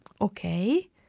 Okay